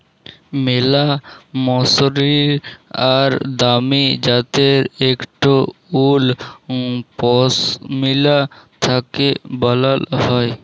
ম্যালা মসরিল আর দামি জ্যাত্যের ইকট উল পশমিলা থ্যাকে বালাল হ্যয়